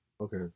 Okay